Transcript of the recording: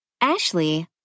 Ashley